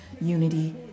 unity